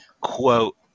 quote